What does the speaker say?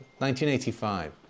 1985